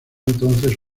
entonces